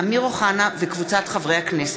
אמיר אוחנה וקבוצת חברי הכנסת.